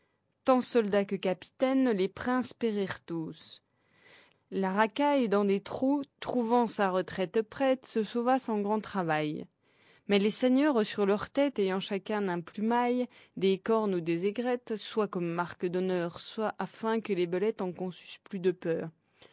tant soldat que capitaine les princes périrent tous la racaille dans des trous trouvant sa retraite prête se sauva sans grand travail mais les seigneurs sur leur tête ayant chacun un plumail des cornes ou des aigrettes soit comme marques d'honneur soit afin que les belettes en conçussent plus de peur